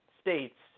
states